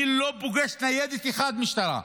אני לא פוגש ניידת משטרה אחת.